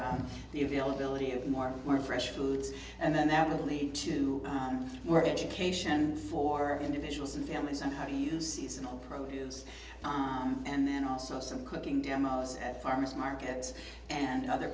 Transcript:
for the availability of more more fresh foods and then that would lead to where education for individuals and families and how to use seasonal produce and then also some cooking demos at farmers markets and other